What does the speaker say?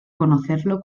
conocerlo